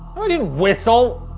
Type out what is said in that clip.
i didn't whistle!